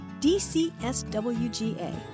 DCSWGA